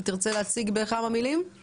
תרצה להציג בכמה מלים?